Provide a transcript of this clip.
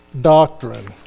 doctrine